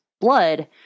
blood